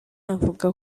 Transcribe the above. avuga